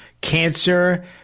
cancer